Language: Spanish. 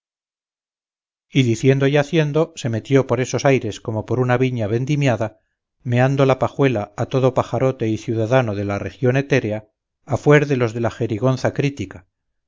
diciendo y haciendo se metió por esos aires como por una viña vendimiada meando la pajuela a todo pajarote y ciudadano de la región etérea a fuer de los de la jerigonza crítica